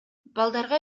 балдарга